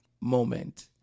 moment